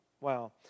Wow